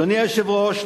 אדוני היושב-ראש,